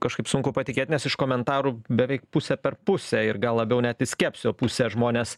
kažkaip sunku patikėt nes iš komentarų beveik pusę per pusę ir gal labiau net į skepsio pusę žmonės